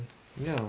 ya